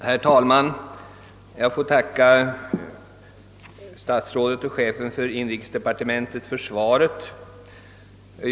Herr talman! Jag får tacka statsrådet och chefen för inrikesdepartementet för svaret på min fråga.